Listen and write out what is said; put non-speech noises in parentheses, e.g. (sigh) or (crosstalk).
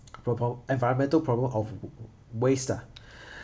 environmental problem of w~ waste lah (breath)